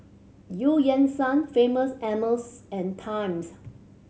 Eu Yan Sang Famous Amos and Times